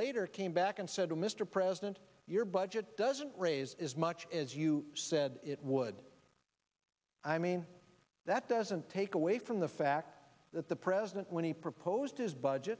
later came back and said mr president your budget doesn't raise as much as you said it would i mean that doesn't take away from the fact that the president when he proposed his budget